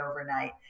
overnight